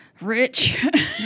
Rich